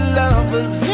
lovers